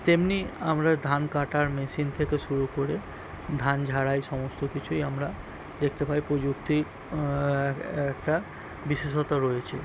তেমনি আমরা ধান কাটার মেশিন থেকে শুরু করে ধান ঝাড়াই সমস্ত কিছুই আমরা দেখতে পাই প্রযুক্তি একটা বিশেষতা রয়েছে